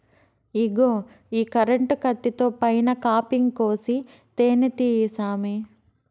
ఇగో ఈ కరెంటు కత్తితో పైన కాపింగ్ కోసి తేనే తీయి సామీ